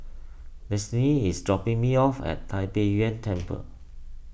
Destiney is dropping me off at Tai Pei Yuen Temple